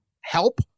help